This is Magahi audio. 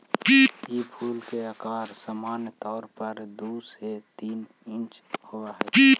ई फूल के अकार सामान्य तौर पर दु से तीन इंच होब हई